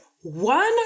one